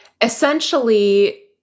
essentially